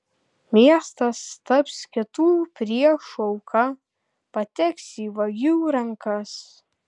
miestas taps kitų priešų auka pateks į vagių rankas